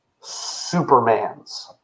supermans